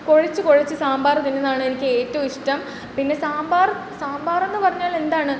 കുഴച്ച് കുഴച്ച് സാമ്പാർ തിന്നുന്നതാണ് എനിക്കേറ്റോ ഇഷ്ടം പിന്നെ സാമ്പാർ സാമ്പാറെന്ന് പറഞ്ഞാൽ എന്താണ്